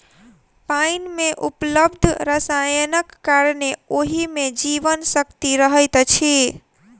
पाइन मे उपलब्ध रसायनक कारणेँ ओहि मे जीवन शक्ति रहैत अछि